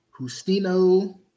Justino